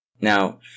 Now